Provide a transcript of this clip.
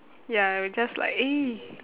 ya I will just like eh